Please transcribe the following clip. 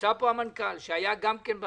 נמצא פה המנכ"ל, שהיה במינהל